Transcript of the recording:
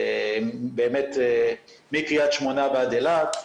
באמת מקרית שמונה ועד אילת,